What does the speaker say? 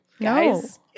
guys